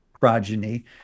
progeny